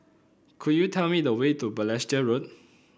could you tell me the way to Balestier Road